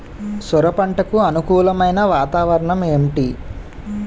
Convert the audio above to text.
సొర పంటకు అనుకూలమైన వాతావరణం ఏంటి?